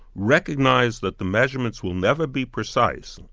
recognise that the measurements will never be precise,